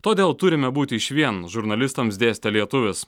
todėl turime būti išvien žurnalistams dėstė lietuvis